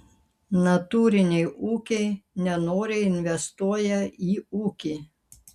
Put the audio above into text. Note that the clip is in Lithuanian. natūriniai ūkiai nenoriai investuoja į ūkį